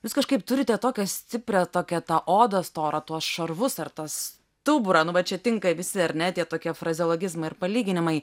jūs kažkaip turite tokią stiprią tokią odą storą tuos šarvus ar tas stuburą nu va čia tinka visi ar ne tie tokie frazeologizmai ir palyginimai